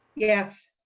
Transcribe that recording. yes.